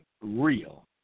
real